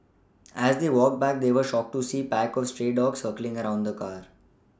as they walked back they were shocked to see pack of stray dogs circling around the car